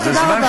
תודה רבה.